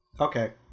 Okay